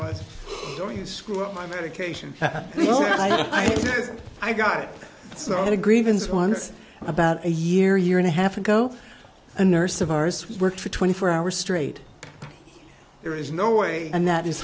was going to screw up my medication i got so i had a grievance once about a year year and a half ago a nurse of ours worked for twenty four hours straight there is no way and that is